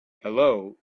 hello